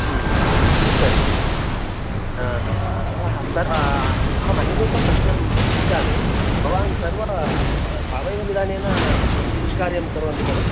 हूं अस्तु तर्हि ततः स अहम् अन्यदेकं प्रश्नं पृच्छामि भवान् सर्व सावयव विधानेन कृषिकार्यं कुर्वन्ति खलु